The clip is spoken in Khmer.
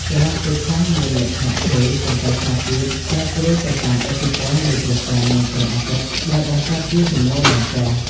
ចរន្តទឹកខ្លះមានលក្ខណៈថេរ ប៉ុន្តែខ្លះទៀតប្រែប្រួលទៅតាមឥទ្ធិពលនៃព្រះច័ន្ទ និងព្រះអាទិត្យ ដែលបង្កើតជាជំនោរឡើងចុះ។